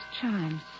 chimes